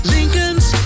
Lincolns